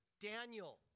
Daniel